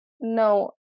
No